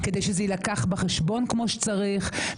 כדי שזה יילקח בחשבון כמו שצריך.